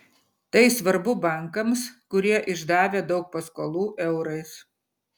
tai svarbu bankams kurie išdavę daug paskolų eurais